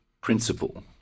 principle